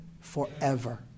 forever